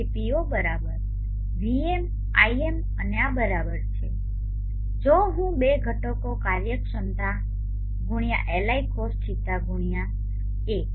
તેથી P0 બરાબર VmIm અને આ બરાબર છે જો હું બે ઘટકો કાર્યક્ષમતા ગુણ્યા Li cos θ ગુણ્યા એ